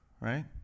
Right